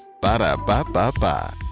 Ba-da-ba-ba-ba